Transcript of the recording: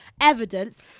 evidence